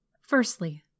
Firstly